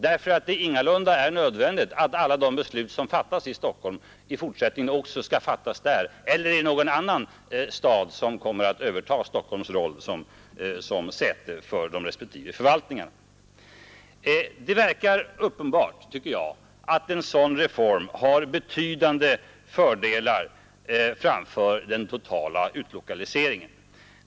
Det är ju ingalunda nödvändigt att alla de beslut som fattas i Stockholm i fortsättningen också skall fattas där eller i någon annan stad som kommer att överta Stockholms roll som säte för de respektive förvaltningarna. Det verkar uppenbart att en sådan reform har betydande fördelar framför den totala utlokaliseringen.